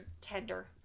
tender